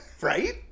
right